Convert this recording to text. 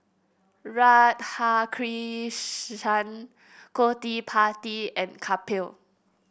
Radhakrishnan Gottipati and Kapil